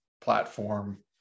platform